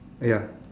ya